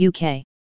UK